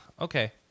okay